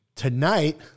Tonight